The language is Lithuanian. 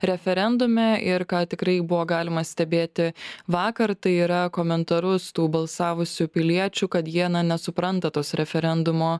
referendume ir ką tikrai buvo galima stebėti vakar tai yra komentarus tų balsavusių piliečių kad jie na nesupranta tos referendumo